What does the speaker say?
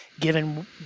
given